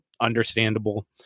understandable